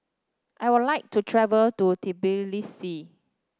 I would like to travel to Tbilisi